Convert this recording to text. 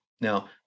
Now